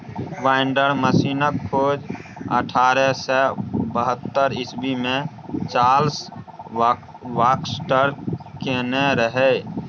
binder मशीनक खोज अठारह सय बहत्तर इस्बी मे चार्ल्स बाक्सटर केने रहय